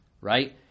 right